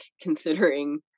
considering